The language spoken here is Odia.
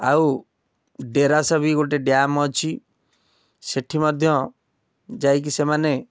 ଆଉ ଡେରାସ ବି ଗୋଟେ ଡ୍ୟାମ୍ ଆଛି ସେଠି ମଧ୍ୟ ଯାଇକି ସେମାନେ